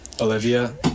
Olivia